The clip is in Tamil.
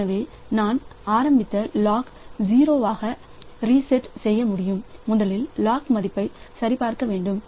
எனவே நான் ஆரம்பத்தில் லாக் 0 ஆக ரீசெட் செய்ய முடியும் முதலில் லாக் மதிப்பை சரிபார்க்க வேண்டும்